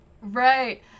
Right